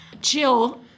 Jill